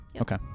Okay